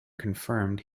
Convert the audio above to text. confirmed